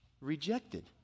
rejected